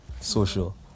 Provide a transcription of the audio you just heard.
social